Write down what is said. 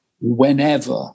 whenever